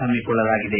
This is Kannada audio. ಹಮ್ಮಿಕೊಳ್ಳಲಾಗಿದೆ